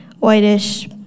whitish